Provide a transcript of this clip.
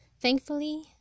Thankfully